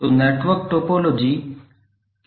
तो network topology के लिए टोपोलॉजी क्या है